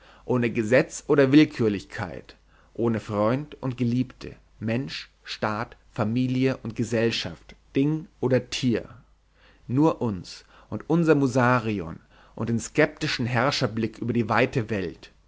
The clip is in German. ohne gesetz oder willkürlichkeit ohne freund und geliebte mensch staat familie und gesellschaft ding oder tier nur uns und unser musarion und den skeptischen herrscherblick über die weite welt